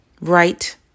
Right